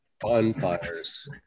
Bonfires